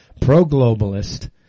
pro-globalist